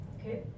Okay